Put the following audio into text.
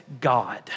God